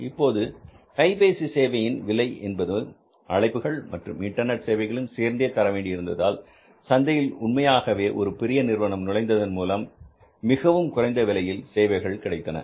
இப்போது கைபேசி சேவையின் விலை என்பது அழைப்புகள் மற்றும் இன்டர்நெட் சேவைகளையும் சேர்ந்தே தர வேண்டி இருந்ததால் சந்தையில் உண்மையாகவே ஒரு பெரிய நிறுவனம் நுழைந்ததன் மூலம் மிகவும் குறைந்த விலையில் சேவைகள் கிடைத்தன